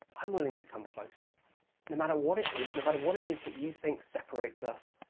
i'm willing to come close no matter what it is, no matter what it is that you think separates us,